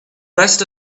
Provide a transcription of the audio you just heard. rest